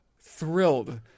thrilled